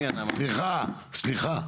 סליחה, סליחה.